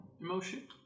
emotion